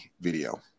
video